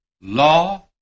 law